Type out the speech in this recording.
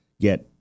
get